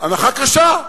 אנחה קשה.